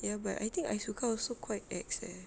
ya but I think ai-suka also quite ex~ leh